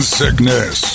sickness